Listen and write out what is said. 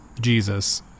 Jesus